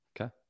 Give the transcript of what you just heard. Okay